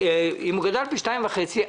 אם הוא גדל פי שתיים וחצי,